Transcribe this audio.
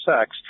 sex